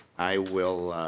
i will